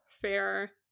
Fair